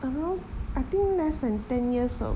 around I think less than ten years old